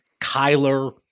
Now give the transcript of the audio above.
Kyler